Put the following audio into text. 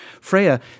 Freya